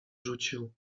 rzucił